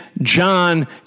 John